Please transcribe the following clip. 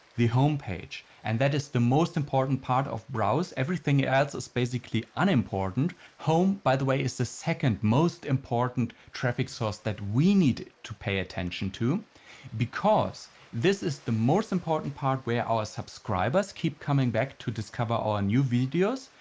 the home page. and that is the most important part of browse. everything else is basically unimportant. home by the way is the second most important traffic source that we need to pay attention to because this is the most important part where our subscribers keep coming back to discover our new videos.